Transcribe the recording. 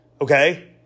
Okay